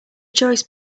choice